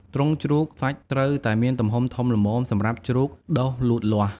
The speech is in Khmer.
ទ្រុងជ្រូកសាច់ត្រូវតែមានទំហំធំល្មមសម្រាប់ជ្រូកដុះលូតលាស់។